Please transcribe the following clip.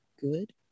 Good